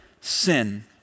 sin